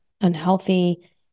Unhealthy